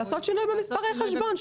לעשות שינוי במספרי החשבון.